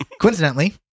Coincidentally